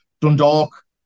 Dundalk